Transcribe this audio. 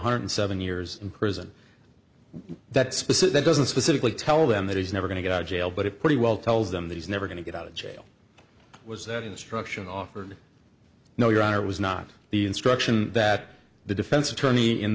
hundred seven years in prison that specific doesn't specifically tell them that he's never going to get out of jail but it pretty well tells them that he's never going to get out of jail was that instruction offered no your honor it was not the instruction that the defense attorney in